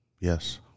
Yes